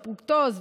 את הפרוקטוז,